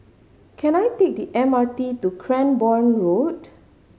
can I take the M R T to Cranborne Road